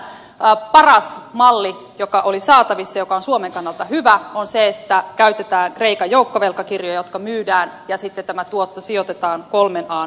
tästä syystä paras malli joka oli saatavissa joka on suomen kannalta hyvä on se että käytetään kreikan joukkovelkakirjoja jotka myydään ja sitten tämä tuotto sijoitetaan kolmen an joukkovelkakirjoihin